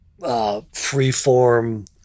freeform